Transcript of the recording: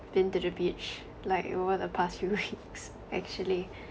been to the beach like over the past few weeks actually